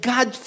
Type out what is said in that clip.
God